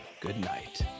goodnight